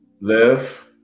Live